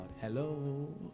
Hello